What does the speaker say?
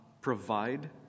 provide